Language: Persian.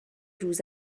روز